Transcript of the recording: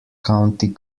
county